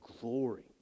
glory